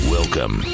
Welcome